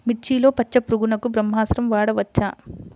మిర్చిలో పచ్చ పురుగునకు బ్రహ్మాస్త్రం వాడవచ్చా?